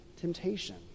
temptation